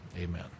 Amen